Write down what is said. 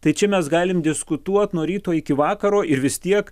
tai čia mes galim diskutuot nuo ryto iki vakaro ir vis tiek